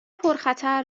پرخطر